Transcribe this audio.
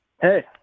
Hey